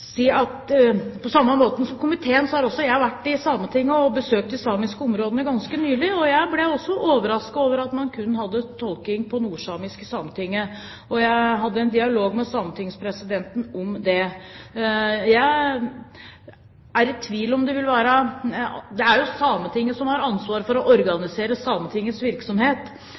si at på samme måte som komiteen har jeg også vært i Sametinget og besøkt de samiske områdene ganske nylig, og jeg ble også overrasket over at man kun hadde tolking på nordsamisk i Sametinget, og jeg hadde en dialog med sametingspresidenten om det. Det er Sametinget som har ansvaret for å organisere Sametingets virksomhet, og jeg vil mene at det er mulig, innenfor de rammer som Sametinget har til rådighet, å